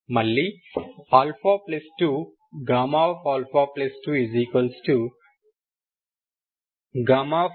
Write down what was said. మళ్లీ α2Γα2 Γα3